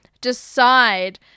decide